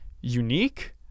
unique